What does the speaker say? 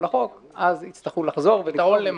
לחוק אז יצטרכו לחזור ו --- פתרון למה?